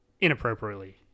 Inappropriately